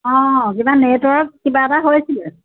অঁ কিবা নেটৱৰ্ক কিবা এটা হৈছিলে